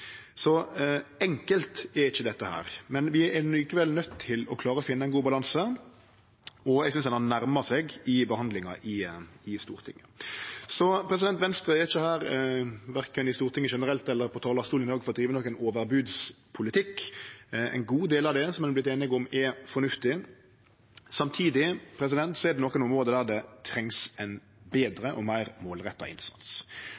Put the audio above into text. Så enkelt er ikkje dette. Men vi er likevel nøydde til å finne ein god balanse, og eg synest ein har nærma seg i behandlinga i Stortinget. Venstre er altså ikkje her, verken i Stortinget generelt eller på talarstolen i dag, for å drive nokon overbodspolitikk. Ein god del av det ein er vorten einige om, er fornuftig. Samtidig er det nokre område der det trengst ein betre og meir målretta innsats.